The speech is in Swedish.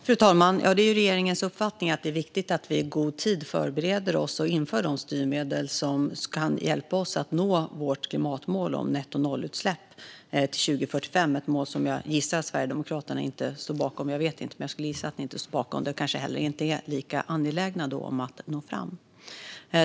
Fru talman! Det är regeringens uppfattning att det är viktigt att vi i god tid förbereder oss och inför de styrmedel som kan hjälpa oss att nå vårt klimatmål om nettonollutsläpp till 2045 - ett mål som jag gissar att Sverigedemokraterna inte står bakom. Jag vet inte, men jag skulle gissa att ni inte står bakom det. Och då kanske ni inte heller är lika angelägna om att nå fram.